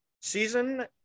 season